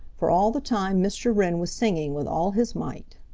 for all the time mr. wren was singing with all his might.